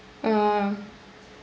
oh